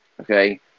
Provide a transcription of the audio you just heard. okay